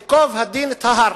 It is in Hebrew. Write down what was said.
ייקוב הדין את ההר.